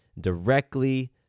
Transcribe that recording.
directly